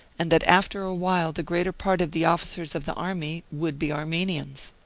and that after a while the greater part of the officers of the army would be armenians.